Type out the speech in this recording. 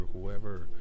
whoever